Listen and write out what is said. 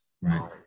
Right